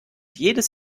jedes